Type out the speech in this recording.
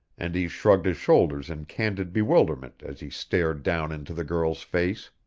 and he shrugged his shoulders in candid bewilderment as he stared down into the girl's face.